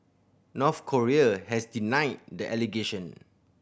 North Korea has denied the allegation